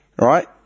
right